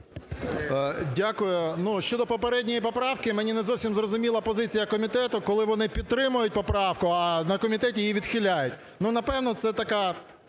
Дякую. Ну, щодо попередньої поправки, мені не зовсім зрозуміла позиція комітету, коли вони підтримують поправку, а на комітеті її відхиляють. Ну, напевно, це така